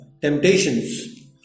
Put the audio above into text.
temptations